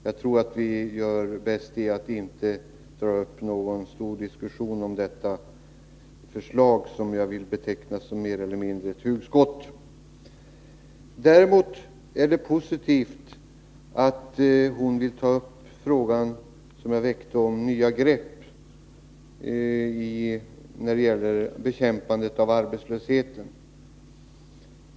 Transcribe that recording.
Jag tror att vi gör bäst i att inte dra upp någon stor diskussion om det här förslaget, som jag vill beteckna som något av ett hugskott. Däremot är det positivt att arbetsmarknadsministern vill ta upp frågan som jag väckte om nya grepp när det gäller bekämpandet av arbetslösheten.